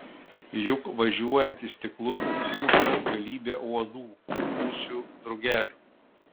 juk važiuojant į stiklus atsimuša galybė uodų musių drugelių